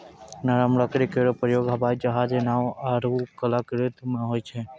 नरम लकड़ी केरो प्रयोग हवाई जहाज, नाव आरु कलाकृति म होय छै